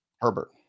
Herbert